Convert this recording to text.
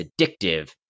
addictive